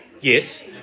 Yes